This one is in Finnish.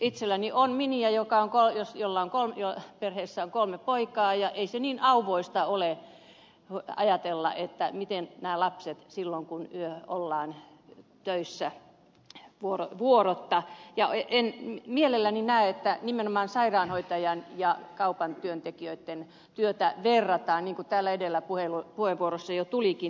itselläni on miniä jonka perheessä on kolme poikaa ja ei se niin auvoista ole ajatella miten nämä lapset silloin pärjäävät kun yö ollaan töissä vuorotta ja en mielelläni näe että nimenomaan sairaanhoitajan ja kaupan työntekijöitten työtä verrataan niin kuin täällä edellä puheenvuoroissa jo tulikin esille